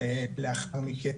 לאחר מכן,